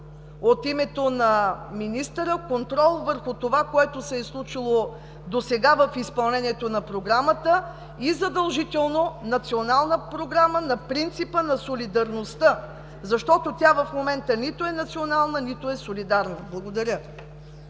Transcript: от името на министъра, контрол върху това, което се е случило досега в изпълнението на Програмата и задължително Национална програма на принципа на солидарността, защото тя в момента нито е национална, нито е солидарна. Благодаря.